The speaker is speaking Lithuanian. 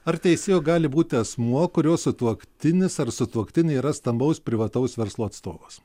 ar teisėju gali būti asmuo kurio sutuoktinis ar sutuoktinė yra stambaus privataus verslo atstovas